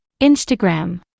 Instagram